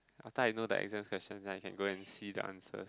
after I know the exam questions then I can go and see the answer